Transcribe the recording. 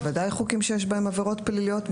בוודאי חוקים שיש בהם עבירות פליליות.